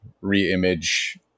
re-image